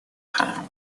хаоса